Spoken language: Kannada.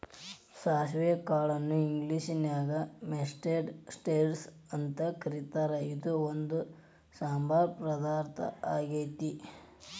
ಸಾಸವಿ ಕಾಳನ್ನ ಇಂಗ್ಲೇಷನ್ಯಾಗ ಮಸ್ಟರ್ಡ್ ಸೇಡ್ಸ್ ಅಂತ ಕರೇತಾರ, ಇದು ಒಂದ್ ಸಾಂಬಾರ್ ಪದಾರ್ಥ ಆಗೇತಿ